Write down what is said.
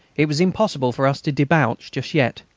it was impossible for us to debouch just yet.